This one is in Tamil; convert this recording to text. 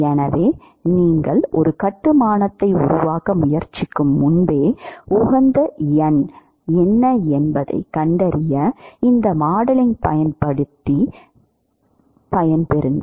எனவே நீங்கள் ஒரு கட்டுமானத்தை உருவாக்க முயற்சிக்கும் முன்பே உகந்த எண் என்ன என்பதைக் கண்டறிய இந்த மாடலிங் பயன்படுத்த விரும்புகிறீர்கள்